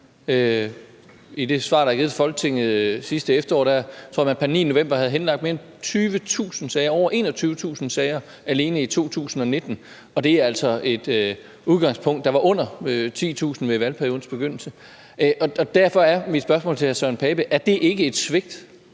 I det svar, der blev givet til Folketinget sidste efterår, tror jeg, at man pr. 9. november havde henlagt mere end 20.000 sager, over 21.000 sager, alene i 2019. Og det er altså med et udgangspunkt på under 10.000 sager ved valgperiodens begyndelse. Derfor er mit spørgsmål til hr. Søren Pape Poulsen: Er det ikke et svigt